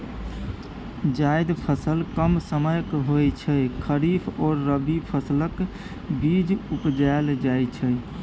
जाएद फसल कम समयक होइ छै खरीफ आ रबी फसलक बीच उपजाएल जाइ छै